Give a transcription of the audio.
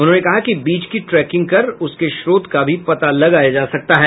उन्होंने कहा कि बीज की ट्रैकिंग कर उसके श्रोत का भी पता लगाया जा सकता है